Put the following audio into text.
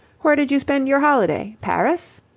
where did you spend your holiday? paris?